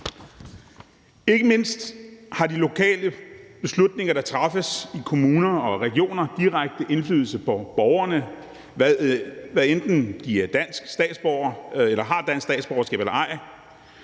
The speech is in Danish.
Ikke mindst har de lokale beslutninger, der træffes i kommuner og regioner, direkte indflydelse på borgerne, hvad enten de har dansk statsborgerskab eller ej.